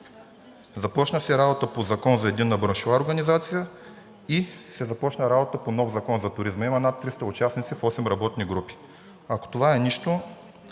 Започна се работа по закон за единна браншова организация и се започна работа по нов закон за туризма. Има над 300 участници в осем работни групи. Ако това е нищо,